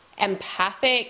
empathic